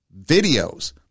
videos